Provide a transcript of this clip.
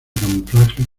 camuflaje